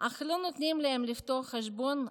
אך לא נותנים להם לפתוח חשבון,